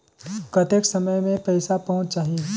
कतेक समय मे पइसा पहुंच जाही?